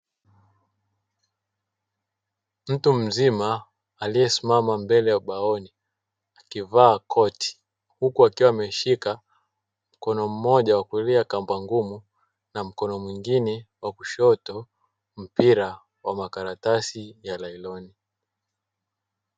Mtu mzima aliyesimama mbele ya ubaoni akivaa koti huku akiwa ameshika mkono mmoja wa kulia kamba ngumu, na mkono mwengine wa kushoto mpira wa makaratasi ya malailono.